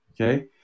okay